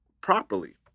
properly